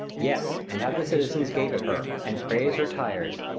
yes, and have the citizens gape at her, and praise her tires,